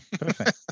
perfect